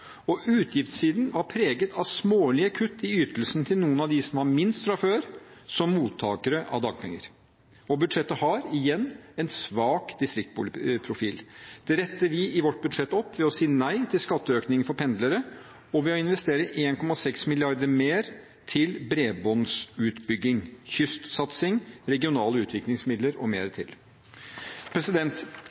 og utgiftssiden preges av smålige kutt i ytelsene til noen av dem som har minst fra før, som mottakere av dagpenger. Og budsjettet har, igjen, en svak distriktsprofil. Det retter vi i vårt budsjett opp ved å si nei til skatteøkningene for pendlere og ved å investere 1,6 mrd. kr mer til bredbåndsutbygging, kystsatsing, regionale utviklingsmidler og mer til.